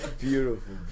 beautiful